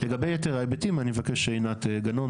לגבי יתר ההיבט אני מבקש שעינת גנון,